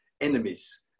enemies